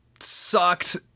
sucked